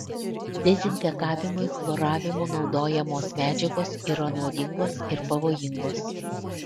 dezinfekavimui chloravimu naudojamos medžiagos yra nuodingos ir pavojingos